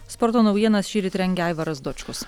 sporto naujienas šįryt rengė aivaras dočkus